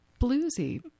bluesy